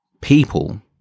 People